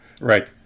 right